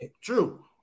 True